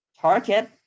target